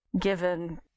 given